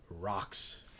Rocks